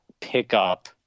pickup